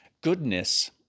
goodness—